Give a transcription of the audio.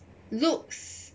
looks